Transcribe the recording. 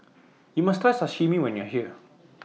YOU must Try Sashimi when YOU Are here